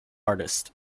artist